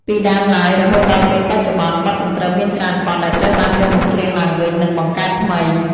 ពីដើមឡើយ រហូតដល់ពេលបច្ចុប្បន្ន បទកន្ទ្រឹមមានច្រើនបទដែលត្រូវបានយកមកច្រៀងឡើងវិញ និងបង្កើតថ្មី។